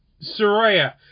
Soraya